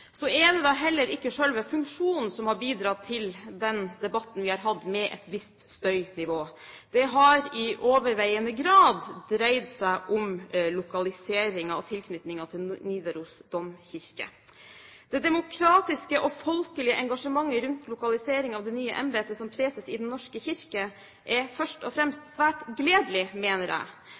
Så er det da heller ikke selve funksjonen som har bidratt til den debatten vi – med et visst støynivå – har hatt. Det har i overveiende grad dreid seg om lokaliseringen og tilknytningen til Nidaros domkirke. Det demokratiske og folkelige engasjementet rundt lokalisering av det nye embetet som preses i Den norske kirke er først og fremst svært gledelig, mener jeg.